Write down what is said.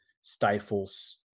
stifles